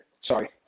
Sorry